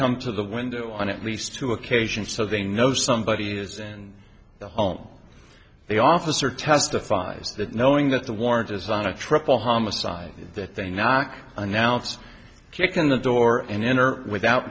come to the window on at least two occasions so they know somebody is in the home the officer testifies that knowing that the warrant design a triple homicide that they knock announce kick in the door and enter without